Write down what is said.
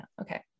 Okay